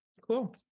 cool